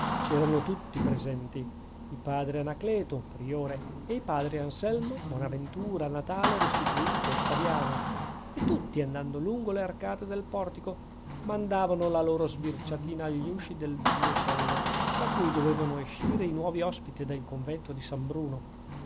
c'erano tutti presenti il padre anacleto priore e i padri anselmo bonaventura natale restituto ottaviano e tutti andando lungo le arcate del portico mandavano la loro sbirciatina agli usci delle due celle da cui dovevano escire i nuovi ospiti del convento di san bruno